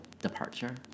Departure